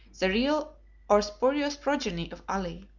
the real or spurious progeny of ali.